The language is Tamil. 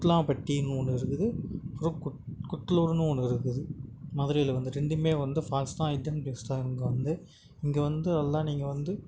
குட்லாம் பட்டின்னு ஒன்று இருக்குது ஒரு குட் குட்லூர்ன்னு ஒன்று இருக்குது மதுரையில் வந்து ரெண்டுமே வந்து ஃபால்ஸ் தான் இது இங்கே வந்து இங்கே வந்து எல்லாம் நீங்கள் வந்து